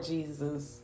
Jesus